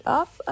up